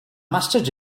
masters